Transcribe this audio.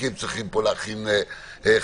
כי הם צריכים פה להכין חקיקה.